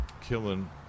killing